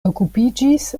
okupiĝis